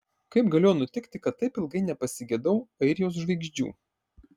kaip galėjo nutikti kad taip ilgai nepasigedau airijos žvaigždžių